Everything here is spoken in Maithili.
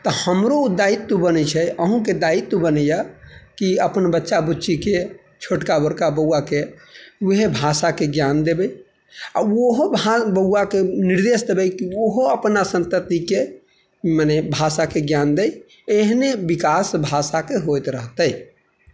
तऽ हमरो दायित्व बनै छै अहुँके दायित्व बनै यऽ कि अपन बच्चा बुच्चीके छोटका बड़का बौआके वएह भाषाके ज्ञान देबै आओर ओहो बौआके निर्देश देबै कि ओहो अपना सन्ततिके मने भाषाके ज्ञान दै अहिना विकास भाषाके होइत रहतै